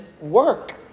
work